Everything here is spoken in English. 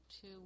two